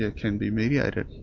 ah can be mediated.